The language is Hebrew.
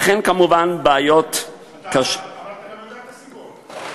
וכן, כמובן, בעיות קשות, את הציבור.